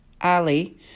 Ali